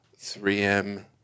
3M